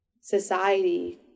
society